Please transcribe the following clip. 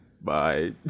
Bye